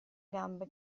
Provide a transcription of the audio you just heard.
gambe